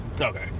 Okay